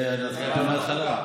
אני צריך להתחיל הכול מהתחלה.